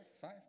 five